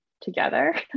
together